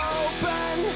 open